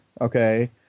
okay